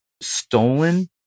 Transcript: stolen